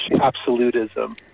absolutism